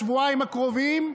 בשבועיים הקרובים,